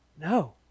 No